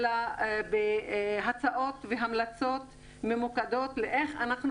אלא בהצעות והמלצות ממוקדות לאיך אנחנו